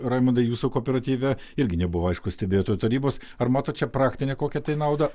raimundai jūsų kooperatyve irgi nebuvo aišku stebėtojų tarybos ar matot čia praktinė kokia tai naudą